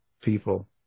people